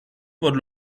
por